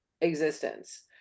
existence